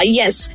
yes